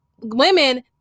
women